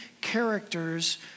characters